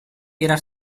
era